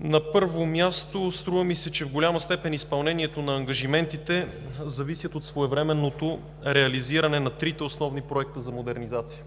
На първо място, струва ми се, че в голяма степен изпълнението на ангажиментите зависят от своевременното реализиране на трите основни проекта за модернизация